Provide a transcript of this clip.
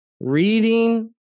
reading